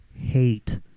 hate